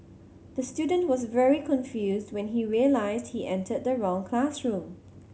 the student was very confused when he realised he entered the wrong classroom